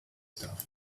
stuff